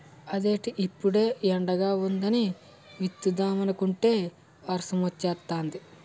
అదేటి ఇప్పుడే ఎండగా వుందని విత్తుదామనుకుంటే వర్సమొచ్చేతాంది